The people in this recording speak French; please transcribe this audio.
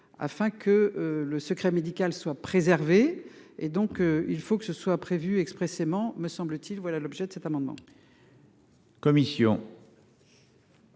afin que le secret médical soit préservé et donc il faut que ce soit prévu expressément, me semble-t-il, voilà l'objet de cet amendement.